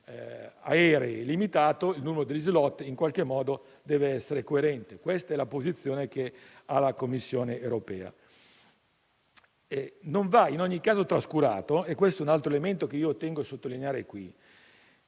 aerei limitato, il numero degli *slot* in qualche modo deve essere coerente. Questa è la posizione che ha la Commissione europea. Non va in ogni caso trascurato - questo è un altro elemento che tengo a sottolineare qui